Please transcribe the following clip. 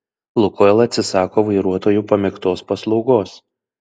lukoil atsisako vairuotojų pamėgtos paslaugos